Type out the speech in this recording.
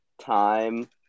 time